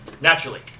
Naturally